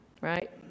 right